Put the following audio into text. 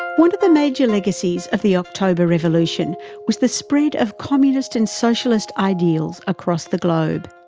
one of the major legacies of the october revolution was the spread of communist and socialist ideals across the globe.